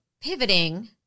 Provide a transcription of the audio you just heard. pivoting